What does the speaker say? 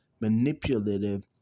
manipulative